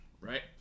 Right